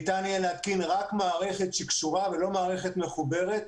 ניתן יהיה להתקין רק מערכת קשורה ולא מערכת מחוברת,